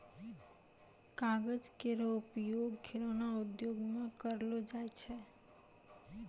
कागज केरो उपयोग खिलौना उद्योग म करलो जाय छै